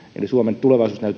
eli suomen tulevaisuus